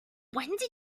did